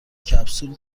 کپسول